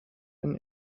bin